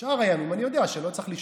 בשאר הימים אני יודע שלא צריך לשמור.